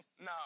No